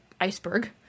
iceberg